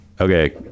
Okay